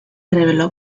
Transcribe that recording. reveló